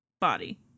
body